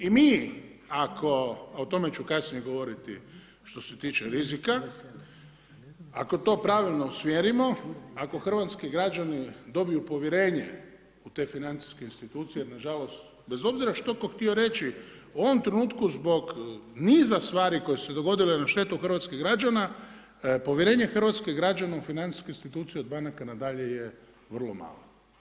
I mi, ako, a o tome ću kasnije govoriti, što se tiče rizika, ako to pravilno usmjerimo, ako hrvatski građani dobiju povjerenje u te financijske institucije, jer nažalost bez obzira što tko htio reći u ovom trenutku zbog niza stvari koje su se dogodile na štetu hrvatskih građana povjerenje hrvatskih građana u financijske institucija od banaka na dalje je vrlo mala.